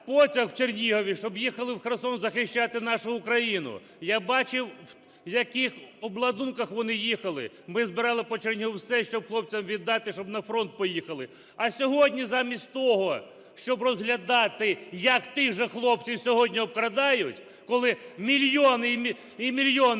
потяг в Чернігові, щоб їхали в Херсон захищати нашу Україну. Я бачив, в яких обладунках вони їхали. Ми збирали по Чернігову все, щоб хлопцям віддати, щоб на фронт поїхали. А сьогодні, замість того щоб розглядати, як тих же хлопців сьогодні обкрадають, коли мільйони і мільйони